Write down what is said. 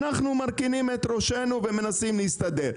אנחנו מרכינים את ראשנו ומנסים להסתדר.